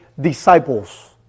disciples